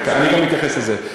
יש מגבלה, אני אתייחס גם לזה.